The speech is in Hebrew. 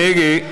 מיקי.